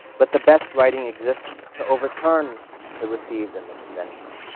but the best writing exists to overturn the received and the conventional.